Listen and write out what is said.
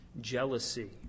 jealousy